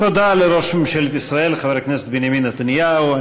תודה לראש ממשלת ישראל חבר הכנסת בנימין נתניהו.